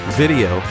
video